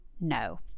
no